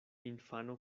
infano